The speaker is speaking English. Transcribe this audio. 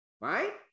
right